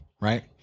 right